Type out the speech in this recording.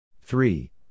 Three